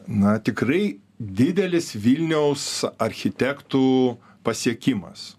na tikrai didelis vilniaus architektų pasiekimas